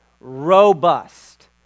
robust